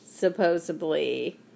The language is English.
supposedly